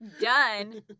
Done